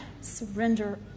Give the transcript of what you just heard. surrender